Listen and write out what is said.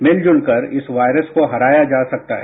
मिलजुल कर इस वायरस को हराया जा सकता है